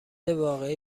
واقعی